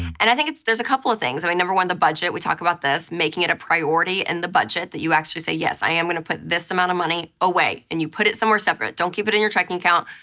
and i think there's a couple of things. i mean, number one, the budget, we talk about this, making it a priority in and the budget that you actually say, yes, i am gonna put this amount of money away and you put it somewhere separate. don't keep it in your checking account.